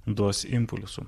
duos impulsų